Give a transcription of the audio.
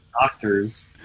Doctors